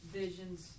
visions